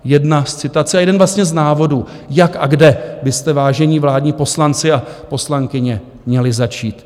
Jedna citace a jeden vlastně z návodů, jak a kde byste, vážení vládní poslanci a poslankyně, měli začít.